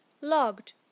logged